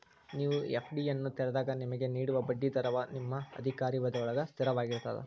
ನೇವು ಎ.ಫ್ಡಿಯನ್ನು ತೆರೆದಾಗ ನಿಮಗೆ ನೇಡುವ ಬಡ್ಡಿ ದರವ ನಿಮ್ಮ ಅಧಿಕಾರಾವಧಿಯೊಳ್ಗ ಸ್ಥಿರವಾಗಿರ್ತದ